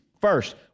First